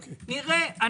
נראה.